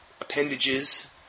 appendages